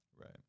Right